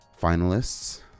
finalists